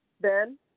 Ben